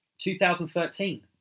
2013